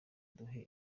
duhe